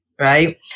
Right